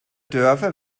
dörfer